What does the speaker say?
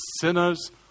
sinners